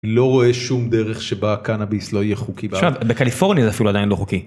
לא רואה שום דרך שבה קנאביס לא יהיה חוקי בקליפורנית אפילו עדיין לא חוקי.